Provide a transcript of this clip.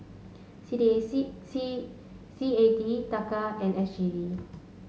C D A C C C A D Taka and S G D